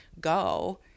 go